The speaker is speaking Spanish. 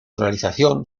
realización